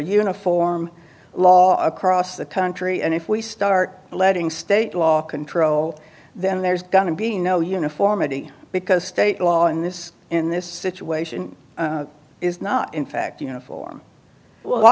uniform law across the country and if we start letting state law control then there's going to be no uniformity because state law in this in this situation is not in fact you know form well